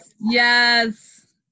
Yes